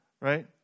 Right